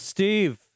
Steve